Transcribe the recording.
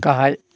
गाहाय